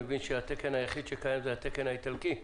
אני מבין שהתקן היחיד שקיים זה התקן האיטלקי,